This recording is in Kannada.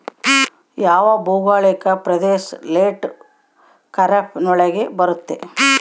ಯಾವ ಭೌಗೋಳಿಕ ಪ್ರದೇಶ ಲೇಟ್ ಖಾರೇಫ್ ನೊಳಗ ಬರುತ್ತೆ?